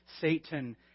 Satan